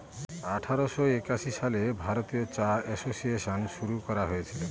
আঠারোশো একাশি সালে ভারতীয় চা এসোসিয়েসন শুরু করা হয়েছিল